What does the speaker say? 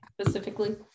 specifically